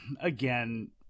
again